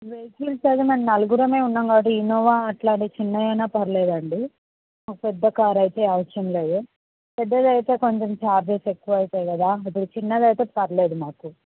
vehicles అయితే మేము నలుగురు ఉన్నాం కాబట్టి ఇనోవా అలాంటివి చిన్నవి అయిన పర్లేదండి మాకు పెద్ద కార్ అయితే అవసరం లేదు పెద్దది అయితే కొంచెం చార్జెస్ ఎక్కువ అయితాయి కదా ఇప్పుడు చిన్నది అయితే పర్లేదు మాకు